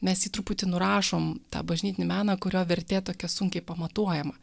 mes jį truputį nurašom tą bažnytinį meną kurio vertė tokia sunkiai pamatuojama